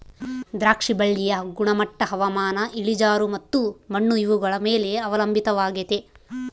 ದ್ರಾಕ್ಷಿ ಬಳ್ಳಿಯ ಗುಣಮಟ್ಟ ಹವಾಮಾನ, ಇಳಿಜಾರು ಮತ್ತು ಮಣ್ಣು ಇವುಗಳ ಮೇಲೆ ಅವಲಂಬಿತವಾಗೆತೆ